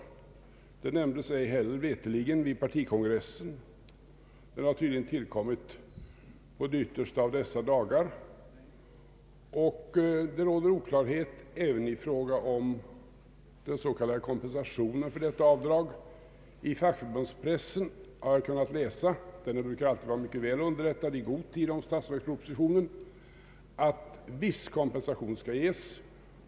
Det nämndes veterligen ej heller vid partikongressen men har tydligen tillkommit under de yttersta av dessa dagar. Det råder oklarhet även i fråga om de s.k. kompensationerna för dessa avdrag. I fackföreningspressen har man kunnat läsa — och den brukar alltid vara mycket väl underrättad i god tid om statsverkspropositionen — att viss kompensation skall ges.